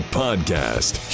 podcast